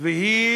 והיא